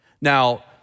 Now